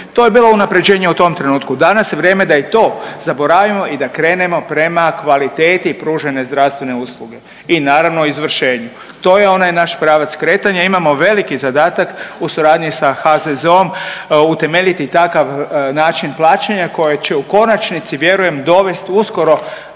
To je bilo unapređenje u tom trenutku. Danas je vrijeme da i to zaboravimo i da krenemo prema kvaliteti pružene zdravstvene usluge i naravno izvršenju. To je onaj naš pravac kretanja. Imamo veliki zadatak u suradnji sa HZZO-om utemeljiti takav način plaćanja koji će u konačnici vjerujem dovesti uskoro